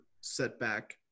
setback